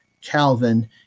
Calvin